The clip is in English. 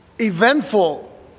eventful